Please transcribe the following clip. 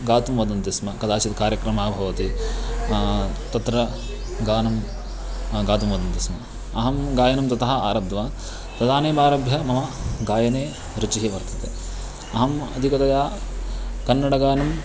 गातुं वदन्ति स्म कदाचित् कार्यक्रमः भवति तत्र गानं गातुं वदन्ति स्म अहं गायनं ततः आरब्धवान् तदानीम् आरभ्य मम गायने रुचिः वर्तते अहम् अधिकतया कन्नडगानं